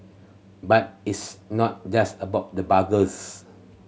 but it's not just about the burgers